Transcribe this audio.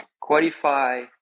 qualify